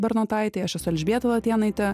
bernotaitei aš esu elžbieta latėnaitė